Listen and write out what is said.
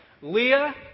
Leah